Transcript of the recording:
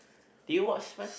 did you watch man